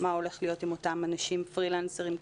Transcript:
מה הולך להיות עם אותם אנשים, פרילנסרים.